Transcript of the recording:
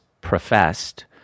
professed